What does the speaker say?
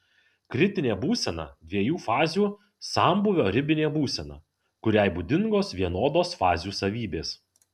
kritinė būsena dviejų fazių sambūvio ribinė būsena kuriai būdingos vienodos fazių savybės